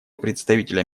представителя